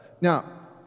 Now